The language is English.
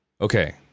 okay